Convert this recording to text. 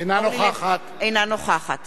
אינה נוכחת